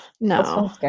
no